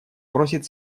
приносит